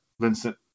Vincent